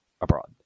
abroad